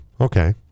Okay